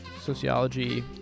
sociology